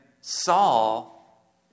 Saul